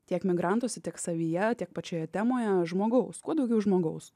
tiek migrantuose tiek savyje tiek pačioje temoje žmogaus kuo daugiau žmogaus